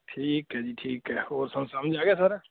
ਠੀਕ ਹੈ ਜੀ ਠੀਕ ਹੈ ਹੋਰ ਤੁਹਾਨੂੰ ਸਮਝ ਆ ਗਿਆ ਸਾਰਾ